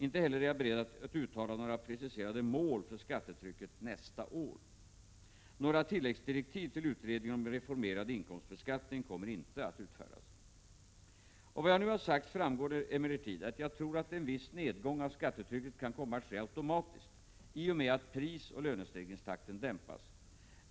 Inte heller är jag beredd att uttala några preciserade mål för skattetrycket nästa år. Några tilläggsdirektiv till utredningen om reformerad inkomstbeskattning kommer inte att utfärdas. Av vad jag nu har sagt framgår emellertid att jag tror att en viss nedgång av skattetrycket kan komma att ske automatiskt, i och med att prisoch lönestegringstakten dämpas.